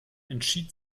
entschied